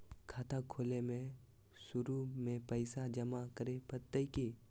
खाता खोले में शुरू में पैसो जमा करे पड़तई की?